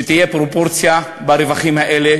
שתהיה פרופורציה ברווחים האלה,